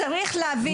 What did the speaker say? צריך להביא לאיזון.